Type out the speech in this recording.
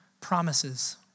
promises